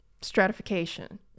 stratification